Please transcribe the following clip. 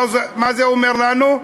מה זה אומר לנו?